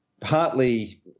partly –